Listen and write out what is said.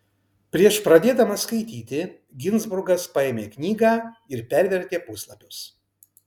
prieš pradėdamas skaityti ginzburgas paėmė knygą ir pervertė puslapius